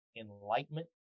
enlightenment